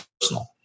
personal